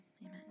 amen